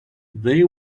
they